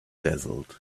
dazzled